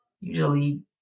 usually